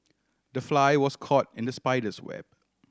the fly was caught in the spider's web